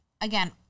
again